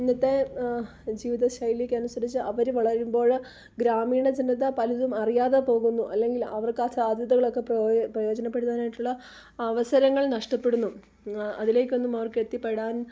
ഇന്നത്തെ ജീവിതശൈലിക്ക് അനുസരിച്ച് അവർ വളരുമ്പോൾ ഗ്രാമീണ ജനത പലതും അറിയാതെ പോകുന്നു അല്ലങ്കിൽ അവർക്കാ സാധ്യതകൾ ഒക്കെ പ്രയോജനപ്പെടുത്താൻ ആയിട്ടുള്ള അവസരങ്ങൾ നഷ്ടപ്പെടുന്നു അതിലേക്ക് ഒന്നും അവർക്ക് എത്തിപ്പെടാൻ